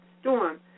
Storm